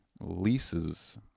leases